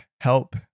help